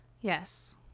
Yes